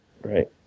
Right